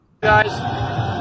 Guys